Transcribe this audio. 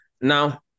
Now